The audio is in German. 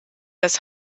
das